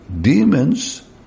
Demons